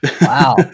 Wow